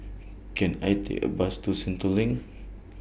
Can I Take A Bus to Sentul LINK